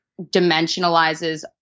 dimensionalizes